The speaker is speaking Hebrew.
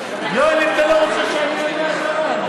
יואל, אם אתה לא רוצה שאני אענה אז לא אענה.